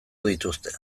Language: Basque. dituzte